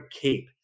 cape